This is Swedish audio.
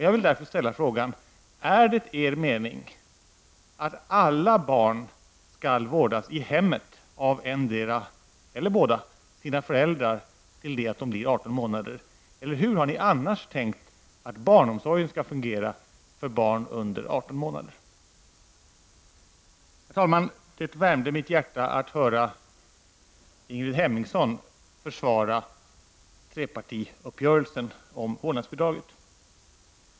Jag vill därför ställa frågan: Är det er mening att alla barn skall vårdas i hemmet av endera föräldern eller av båda sina föräldrar fram till det att de blir 18 månader? Eller hur har ni annars tänkt att barnomsorgen skall fungera för barn under 18 månader? Herr talman! Det värmde mitt hjärta att höra Ingrid Hemmingsson försvara trepartiuppgörelsen om vårdnadsbidraget.